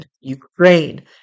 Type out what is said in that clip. Ukraine